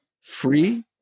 free